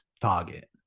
target